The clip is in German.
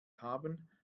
haben